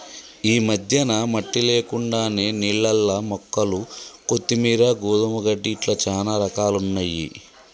ఈ మధ్యన మట్టి లేకుండానే నీళ్లల్ల మొక్కలు కొత్తిమీరు, గోధుమ గడ్డి ఇట్లా చానా రకాలున్నయ్యి